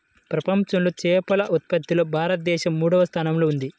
ప్రపంచంలో చేపల ఉత్పత్తిలో భారతదేశం మూడవ స్థానంలో ఉంది